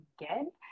again